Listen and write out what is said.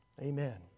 Amen